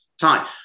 time